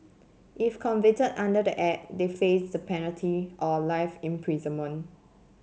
if convicted under the Act they face the penalty or life imprisonment